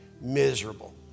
miserable